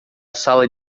sala